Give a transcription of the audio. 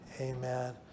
Amen